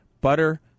Butter